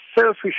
selfish